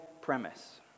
premise